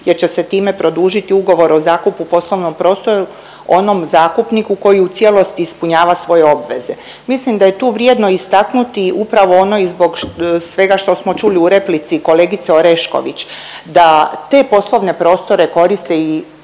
jer će se time produžiti ugovor o zakupu poslovnog prostora onom zakupniku koji u cijelosti ispunjava svoje obveze. Mislim da je tu vrijedno istaknuti upravo ono i zbog sve što smo čuli u replici kolegice Orešković, da te poslovne prostore koriste i